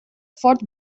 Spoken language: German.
ford